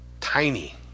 tiny